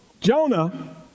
Jonah